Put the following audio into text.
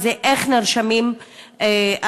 וזה איך נרשם הרצח.